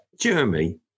Jeremy